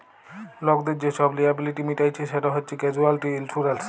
লকদের যে ছব লিয়াবিলিটি মিটাইচ্ছে সেট হছে ক্যাসুয়ালটি ইলসুরেলস